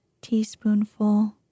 teaspoonful